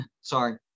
Sorry